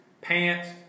pants